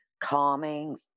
calming